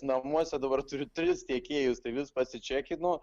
namuose dabar turiu tris tiekėjus tai vis pasičekinu